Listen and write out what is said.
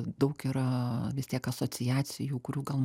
daug yra vis tiek asociacijų kurių gal